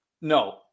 No